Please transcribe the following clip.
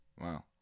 Wow